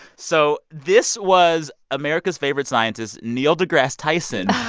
so this was america's favorite scientist, neil degrasse tyson,